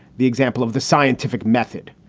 the example of the scientific method.